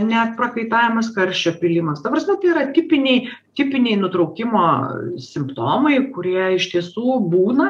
net prakaitavimas karščio pylimas ta prasme tai yra tipiniai tipiniai nutraukimo simptomai kurie iš tiesų būna